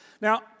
Now